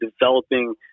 developing